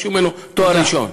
יבקשו ממנו תואר ראשון.